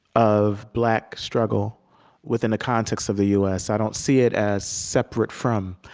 of black struggle within the context of the u s. i don't see it as separate from,